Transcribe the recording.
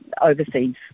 overseas